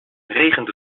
regent